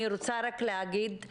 אני רוצה רק להגיד,